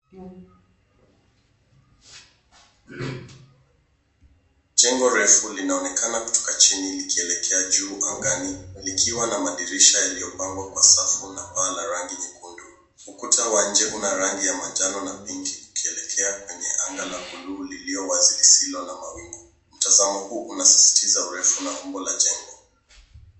Jengo refu linaonekana kutoka chini ikielekea juu angani likiwa na madirisha yaliyopangwa kwa safu na paa la rangi nyekundu. Ukuta wa nje una rangi ya manjano na pinki ukielekea kwenye anga la buluu ulio wazi lisilo na mawingu. Mtazamo huu unasisitiza urefu na umbo la jengo .